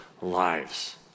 lives